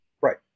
Right